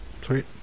Sweet